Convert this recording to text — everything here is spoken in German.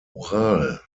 ural